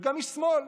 וגם איש שמאל,